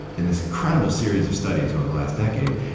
in this incredible series of studies over the last decade,